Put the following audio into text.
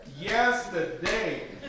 Yesterday